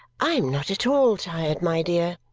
i am not at all tired, my dear,